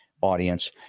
audience